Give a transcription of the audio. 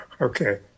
okay